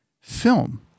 film